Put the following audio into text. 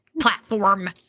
platform